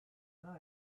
from